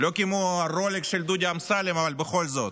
לא כמו הרולקס של דודי אמסלם, אבל בכל זאת.